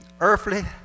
earthly